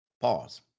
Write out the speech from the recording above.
Pause